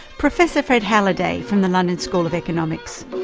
professor fred halliday, from the london school of economics.